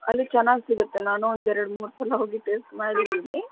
ಅಲ್ಲಿ ಚೆನ್ನಾಗಿ ಸಿಗುತ್ತೆ ನಾನು ಒಂದು ಎರಡು ಮೂರು ಸಲ ಹೋಗಿ ಟೇಸ್ಟ್ ಮಾಡಿದ್ದೀನಿ